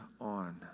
on